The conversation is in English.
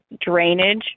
drainage